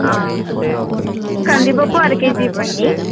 కందిపప్పు అరకేజీ ఇవ్వండి